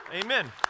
Amen